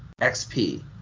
XP